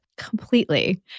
Completely